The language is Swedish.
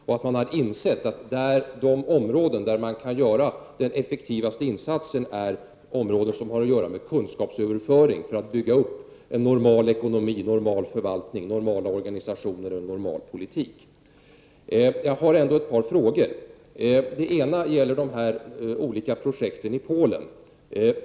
Regeringen har nu insett att de områden där man kan göra de effektivaste insatserna handlar om kunskapsöverföring för att bygga upp en normal ekonomi, en normal förvaltning, normala organisationer och normal politik. Jag har ett par frågor. Den första gäller de olika projekten i Polen.